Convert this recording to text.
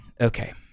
okay